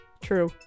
True